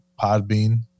podbean